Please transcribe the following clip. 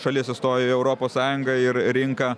šalis įstojo į europos sąjungą ir rinka